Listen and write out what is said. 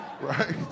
right